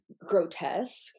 grotesque